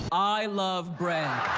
i love bread.